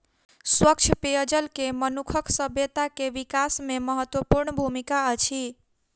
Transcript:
स्वच्छ पेयजल के मनुखक सभ्यता के विकास में महत्वपूर्ण भूमिका अछि